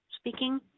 speaking